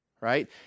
right